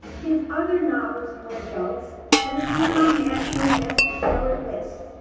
his other novels for adults have appeared on national bestseller lists,